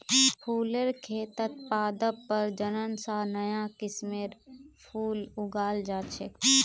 फुलेर खेतत पादप प्रजनन स नया किस्मेर फूल उगाल जा छेक